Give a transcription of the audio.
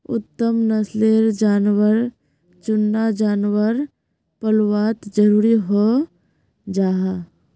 उत्तम नस्लेर जानवर चुनना जानवर पल्वात ज़रूरी हं जाहा